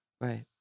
Right